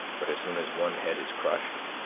but as soon as one head is crushed,